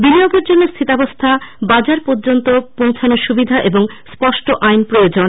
বিনিয়োগের জন্য স্হিতাবস্থা বাজার পর্যন্ত পৌঁছানোর সুবিধা এবং স্পষ্ট আইন প্রয়োজন